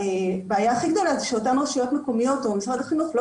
והבעיה הכי גדולה זה שאותן רשויות מקומיות או משרד החינוך לא